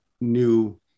new